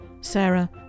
Sarah